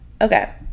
Okay